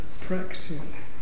practice